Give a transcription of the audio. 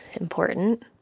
important